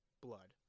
blood